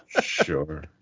Sure